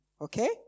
Okay